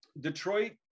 Detroit